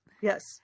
yes